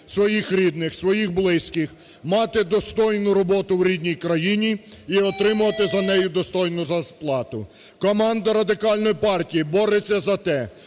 своїх рідних, своїх близьких, мати достойну роботу в рідній країні і отримувати за неї достойну зарплату. Команда Радикальної партії бореться за те,